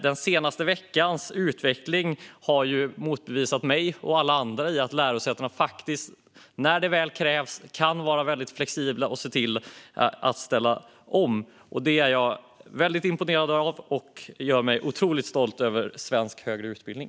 Den senaste veckans utveckling har gett mig och alla andra motbevis - när det väl krävs kan lärosätena faktiskt vara väldigt flexibla och se till att ställa om. Det är jag väldigt imponerad av, och det gör mig otroligt stolt över svensk högre utbildning.